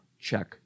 Check